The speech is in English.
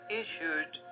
issued